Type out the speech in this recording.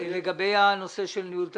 מה לגבי הנושא של ניהול תקין?